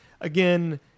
Again